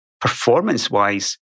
Performance-wise